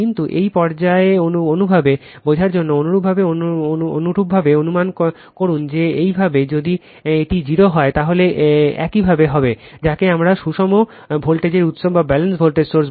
কিন্তু এই পর্যায়ে অনুরূপভাবে বোঝার জন্য অনুরূপভাবে অনুমান করুন যে একইভাবে যদি এটি 0 হয় তাহলে একইভাবে হবে যাকে আমরা সুষম ভোল্টেজের উৎস বলি Van Vbn Vcn 0